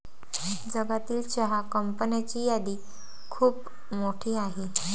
जगातील चहा कंपन्यांची यादी खूप मोठी आहे